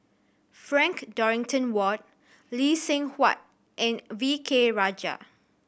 Frank Dorrington Ward Lee Seng Huat and V K Rajah